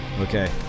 Okay